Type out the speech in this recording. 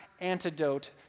antidote